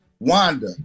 Wanda